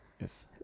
yes